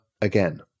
again